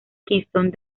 kingston